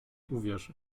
uwierzy